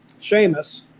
Seamus